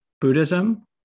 Buddhism